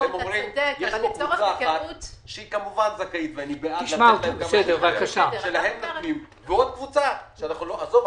יש כאן קבוצה אחת שהיא כמובן זכאית ואני בעד לתת לה ויש עוד קבוצה אחרת.